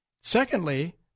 Secondly